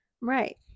Right